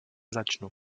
začnu